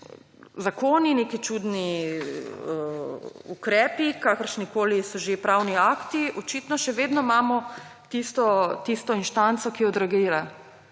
zakoni, neki čudni ukrepi, kakršnikoli so že, pravni akti, očitno še vedno imamo tisto inštanco, ki je odreagira,